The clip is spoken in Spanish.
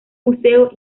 museo